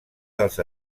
dels